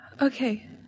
Okay